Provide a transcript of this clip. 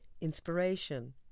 Inspiration